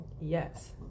Yes